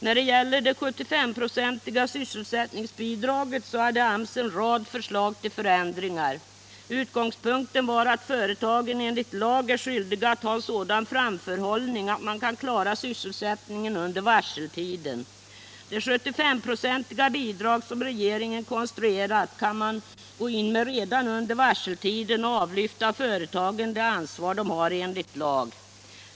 När det gällde det 75-procentiga sysselsättningsbidraget hade AMS en rad förslag till förändringar. Utgångspunkten var att företagen enligt lag är skyldiga att ha en sådan framförhållning att man kan klara sysselsättningen under varseltiden. Det 75-procentiga bidrag som regeringen konstruerat kan man gå in med redan under varseltiden och därmed avlyfta företagen det ansvar de har enligt lag.